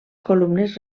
columnes